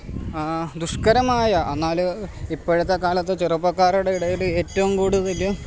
ദുഷ്കരമായ എന്നാൽ ഇപ്പോഴത്തെ കാലത്ത് ചെറുപ്പക്കാരുടെ ഇടയിൽ ഏറ്റവും കൂടുതൽ